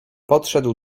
podszedł